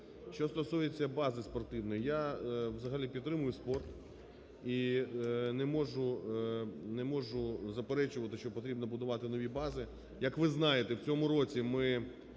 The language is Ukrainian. Що стосується бази спортивної. Я взагалі підтримую спорт і не можу заперечувати, що потрібно будувати нові бази. Як ви знаєте, в цьому році ми